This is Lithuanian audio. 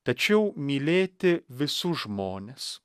tačiau mylėti visus žmones